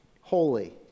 holy